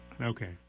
Okay